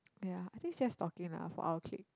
ya I think it's just stalking lah for our clique